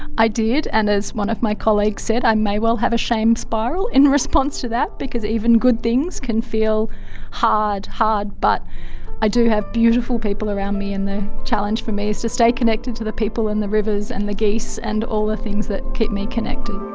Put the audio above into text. i did, and as one of my colleagues said, i may well have a shame spiral in response to that because even good things can feel hard, but i do have beautiful people around me, and the challenge for me is to stay connected to the people and the rivers and the geese and all the things that keep me connected.